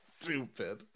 Stupid